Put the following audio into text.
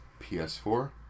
PS4